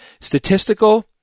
Statistical